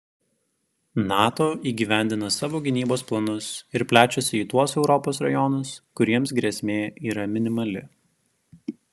nato įgyvendina savo gynybos planus ir plečiasi į tuos europos rajonus kuriems grėsmė yra minimali